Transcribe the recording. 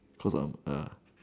cause I'm ya